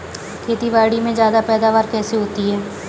खेतीबाड़ी में ज्यादा पैदावार कैसे होती है?